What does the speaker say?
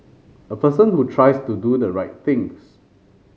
a person who tries to do the right things